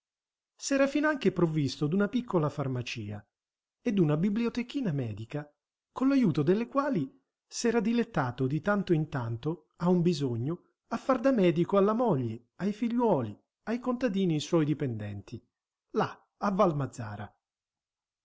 s'era finanche provvisto d'una piccola farmacia e d'una bibliotechina medica con l'ajuto delle quali s'era dilettato di tanto in tanto a un bisogno a far da medico alla moglie ai figliuoli ai contadini suoi dipendenti là a val mazzara